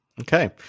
Okay